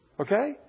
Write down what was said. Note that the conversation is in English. Okay